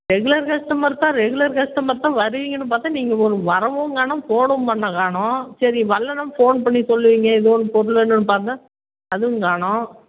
regular customer தான் regular customer தான் வருவீங்கனு பார்த்தா நீங்கள் வரவும் காணும் ஃபோனும் பண்ண காணும் சரி வரலனாலும் ஃபோன் பண்ணி சொல்லுவீங்க ஏதோ ஒரு பொருள் வேணும்னு பார்த்தா அதுவும் காணோம்